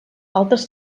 altres